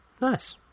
Nice